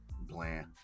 bland